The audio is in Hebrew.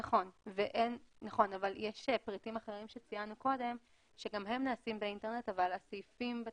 נכון אבל יש פריטים אחרים שציינו קודם שגם הם נעשים באינטרנט אבל התקנות